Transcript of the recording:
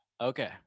okay